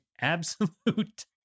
absolute